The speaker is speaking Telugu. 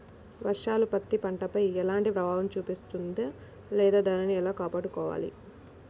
వర్షాలు పత్తి పంటపై ఎలాంటి ప్రభావం చూపిస్తుంద లేదా దానిని ఎలా కాపాడుకోవాలి?